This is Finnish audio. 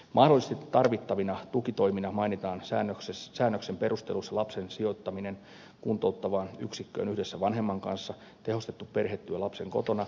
mahdollisesti tarvittavina tukitoimina mainitaan säännöksen perusteluissa lapsen sijoittaminen kuntouttavaan yksikköön yhdessä vanhemman kanssa tehostettu perhetyö lapsen kotona tai kiireellinen sijoitus